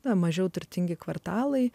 na mažiau turtingi kvartalai